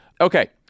Okay